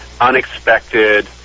unexpected